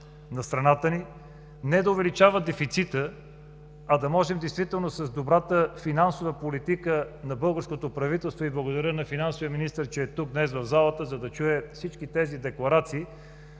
на страната ни, не да увеличава дефицита, а да можем действително с добрата финансова политика на българското правителство, и благодаря на финансовия министър, че е тук днес в залата, за да чуе всички тези декларации,